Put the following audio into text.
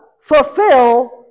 fulfill